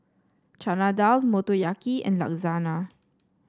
Chana Dal Motoyaki and Lasagna